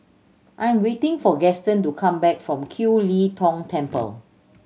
I'm waiting for Gaston to come back from Kiew Lee Tong Temple